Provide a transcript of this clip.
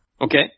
Okay